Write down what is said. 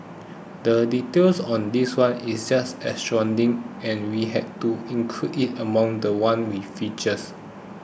the details on this one is just astounding and we had to include it among the ones we featured